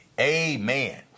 amen